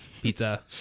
Pizza